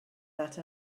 that